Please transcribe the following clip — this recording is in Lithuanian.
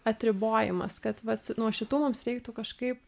atribojimas kad vat nuo šitų mums reiktų kažkaip